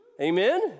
Amen